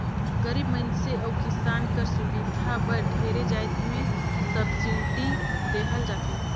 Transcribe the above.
गरीब मइनसे अउ किसान कर सुबिधा बर ढेरे जाएत में सब्सिडी देहल जाथे